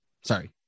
Sorry